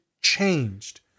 changed